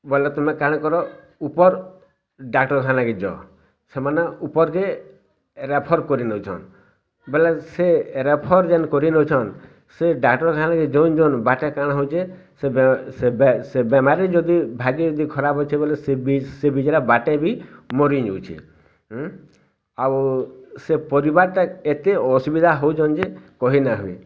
ବୋଲେ ତମେ କାଣ କର ଉପର୍ ଡାକ୍ଟରଖାନା କେ ଯାଅ ସେମାନେ ଉପର୍କେ ରେଫର୍ କରି ନେଉଛନ୍ ବୋଲେ ସେ ରେଫର୍ ଯେନ୍ କରି ନେଉଛନ୍ ସେ ଡାକ୍ଟରଖାନା କେ ଯୋଉନ୍ ଯୋଉନ୍ ବାଟେ କାଣ ହେଉଛି ସେବେ ସେ ବେମାରୀ ଯଦି ଭାଗ୍ୟ ଯଦି ଖରାପ ଅଛି ବୋଲେ ସେ ବିଚରା ବାଟରେ ବି ମରିଯାଉଛି ଆଉ ସେ ପରିବାରଟା ଏତେ ଅସୁବିଧା ହେଉଛନ୍ତି ଯେ କହିନା ହୁଏ